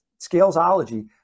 Scalesology